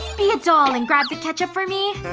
be a doll and grab the ketchup for me?